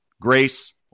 Grace